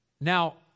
Now